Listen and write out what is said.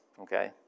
Okay